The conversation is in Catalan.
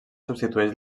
substitueix